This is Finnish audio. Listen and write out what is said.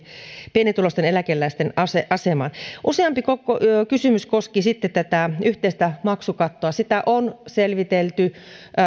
pienituloisten eläkeläisten asemaan useampi kysymys koski tätä yhteistä maksukattoa sitä on selvitelty tämä